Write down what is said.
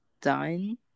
done